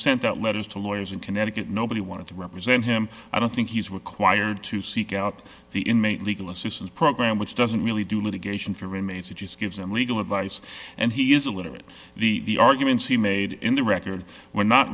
sent out letters to lawyers in connecticut nobody wanted to represent him i don't think he is required to seek out the inmate legal assistance program which doesn't really do litigation from inmates it just gives them legal advice and he is a little bit the arguments he made in the record where not